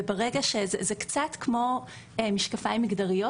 זה קצת כמו משקפיים מגדריות,